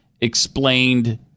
explained